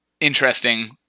interesting